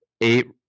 eight